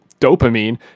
dopamine